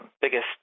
biggest